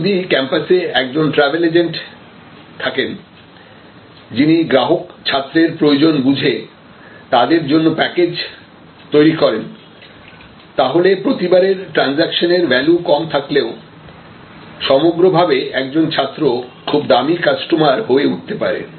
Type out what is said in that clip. যদি ক্যাম্পাসে একজন ট্রাভেল এজেন্ট থাকেন তিনি গ্রাহক ছাত্রের প্রয়োজন বুঝে তাদের জন্য প্যাকেজ তৈরি করেন তাহলে প্রতিবারের ট্রানজাকশনের ভ্যালু কম থাকলেও সমগ্রভাবে একজন ছাত্র খুব দামি কাস্টমার হয়ে উঠতে পারে